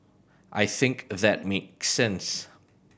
I think that make sense